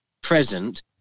present